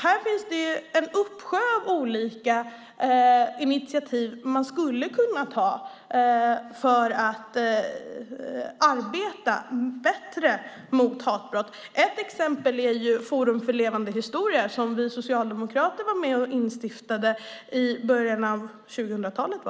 Det finns en uppsjö initiativ som man skulle kunna ta för att arbeta bättre mot hatbrott. Ett exempel är Forum för levande historia som vi socialdemokrater var med och instiftade i början av 2000-talet.